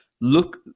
look